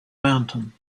mountain